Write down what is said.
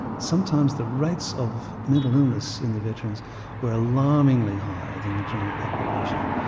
sometimes the rates of mental illness in the veterans were alarmingly higher than the general population.